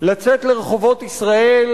לצאת לרחובות ישראל,